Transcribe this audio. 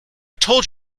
told